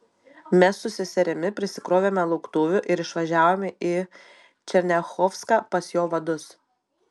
mes su seserimi prisikrovėme lauktuvių ir išvažiavome į černiachovską pas jo vadus